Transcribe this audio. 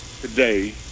today